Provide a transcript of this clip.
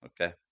Okay